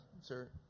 sir